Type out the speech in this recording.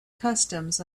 customs